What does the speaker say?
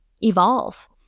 evolve